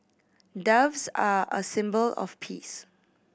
doves are a symbol of peace